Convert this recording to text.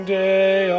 day